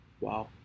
Wow